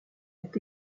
est